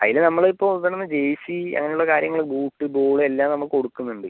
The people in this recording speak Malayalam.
അതിന് നമ്മൾ ഇപ്പോൾ ഇടുന്ന ജേഴ്സി അങ്ങനെ ഉള്ള കാര്യങ്ങൾ ബൂട്ട് ബോൾ എല്ലാം നമ്മൾ കൊടുക്കുന്നുണ്ട്